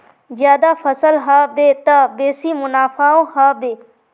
ज्यादा फसल ह बे त बेसी मुनाफाओ ह बे